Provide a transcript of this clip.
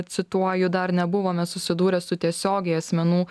cituoju dar nebuvome susidūrę su tiesiogiai asmenų